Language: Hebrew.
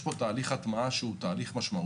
יש פה תהליך הטמעה משמעותי.